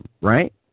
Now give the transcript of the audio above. right